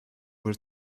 were